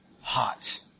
hot